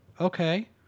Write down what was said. Okay